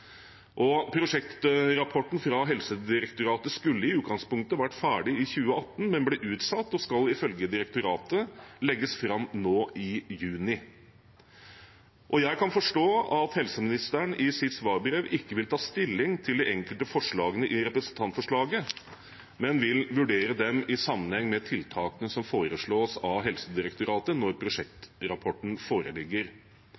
Prosjektrapporten fra Helsedirektoratet skulle i utgangspunktet vært ferdig i 2018, men ble utsatt og skal ifølge direktoratet legges fram nå i juni. Jeg kan forstå at helseministeren i sitt svarbrev ikke vil ta stilling til de enkelte forslagene i representantforslaget, men vil vurdere dem i sammenheng med tiltakene som foreslås av Helsedirektoratet når